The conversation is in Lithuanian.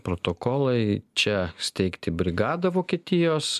protokolai čia steigti brigadą vokietijos